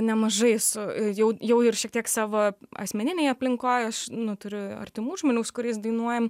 nemažai su jau jau ir šiek tiek savo asmeninėj aplinkoj aš nu turiu artimų žmonių su kuriais dainuojam